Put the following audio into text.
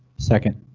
second.